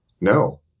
No